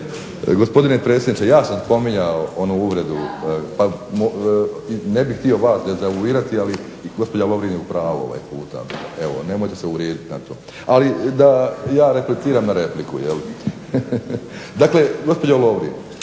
Gospodine predsjedniče, ja sam spominjao onu uvredu, ne bih htio vas dezavuirati, ali gospođa Lovrin je u pravu ovaj puta. Evo nemojte se uvrijedit na to. Ali da ja repliciram na repliku. Gospođo Lovrin,